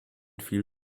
viel